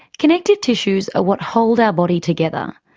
connective tissues are what hold our body together.